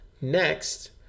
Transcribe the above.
Next